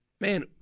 man